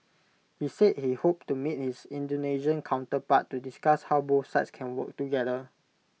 he said he hoped to meet his Indonesian counterpart to discuss how both sides can work together